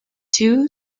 two